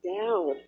down